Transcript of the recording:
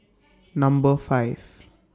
Number five